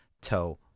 Toe